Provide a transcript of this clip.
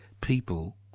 people